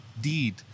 deed